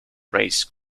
race